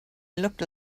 looked